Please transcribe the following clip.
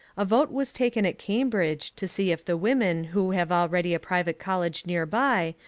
a vote was taken at cambridge to see if the women who have already a private college nearby,